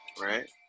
Right